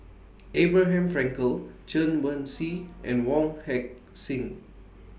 Abraham Frankel Chen Wen Hsi and Wong Heck Sing